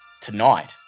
Tonight